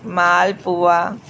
malpua